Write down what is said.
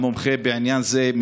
המומחה בעניין הזה,